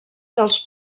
dels